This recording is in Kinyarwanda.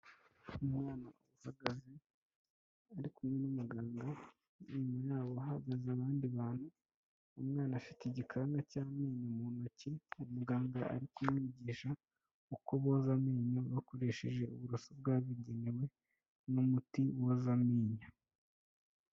Umwana uhagaze ari kumwe n'umuganga; inyuma yabo hahagaze abandi bantu; umwana afite igikanda cy'amenyo mu ntoki; muganga ari kumwigisha uko boza amenyo bakoresheje uburoso bwabugenewe; n'umuti woza amenyo.